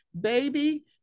baby